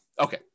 Okay